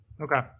Okay